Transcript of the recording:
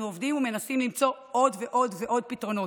אנחנו עובדים ומנסים למצוא עוד ועוד ועוד פתרונות,